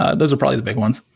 ah those are probably the big ones.